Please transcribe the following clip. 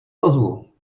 ozvu